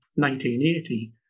1980